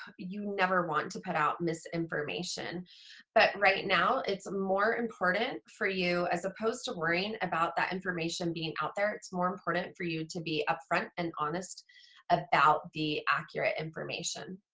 ah you never want to put out misinformation but right now it's more important for you as opposed to worrying about that information being out there it's more important for you to be upfront and honest about the accurate information